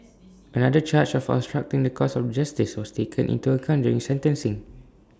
another charge of obstructing the course of justice was taken into account during sentencing